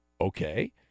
Okay